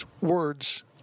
Words